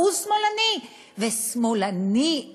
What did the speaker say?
הוא שמאלני,